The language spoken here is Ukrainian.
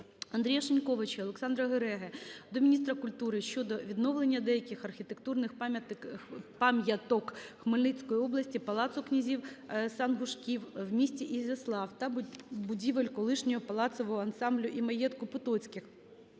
Андрія Шиньковича, Олександра Гереги до міністра культури щодо відновлення деяких архітектурних пам'яток Хмельницької області – палацу князів Санґушків в місті Ізяслав та будівель колишнього палацового ансамблю і маєтку Потоцьких